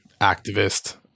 activist